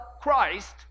Christ